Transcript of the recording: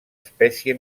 espècie